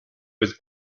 was